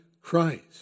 Christ